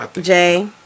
Jay